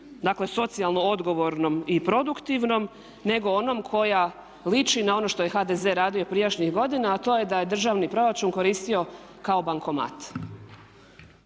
dakle socijalno odgovornom i produktivnom nego onom koja liči na ono što je HDZ radio prijašnjih godina a to je da je državni proračun koristio kao bankomat.